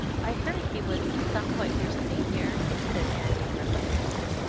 i heard he was somewhat your senior, said annie reluctantly.